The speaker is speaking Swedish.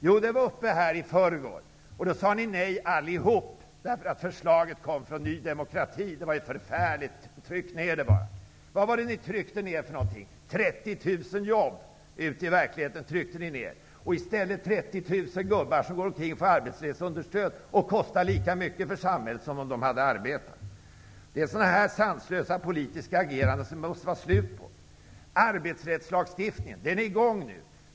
Ja, den frågan togs upp till beslut i förrgår. Då röstade ni alla nej! Förslaget kom ju från Ny demokrati. Det var förfärligt! ''Tryck ner det!'' Vad var det för något ni tryckte ner? 30 000 jobb ute i verkligheten! I stället måste 30 000 gubbar få arbetslöshetsunderstöd, och de kostar därmed lika mycket för samhället som om de hade arbetat. Det är sådant sanslöst politiskt agerande som måste ta slut! Arbetsrättslagstiftningen tillämpas nu.